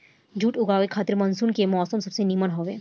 जुट उगावे खातिर मानसून के मौसम सबसे निमन हवे